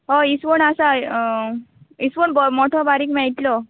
हय इसवण आसाय इसवण मोटो बारीक मेळटलो